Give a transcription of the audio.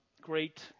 great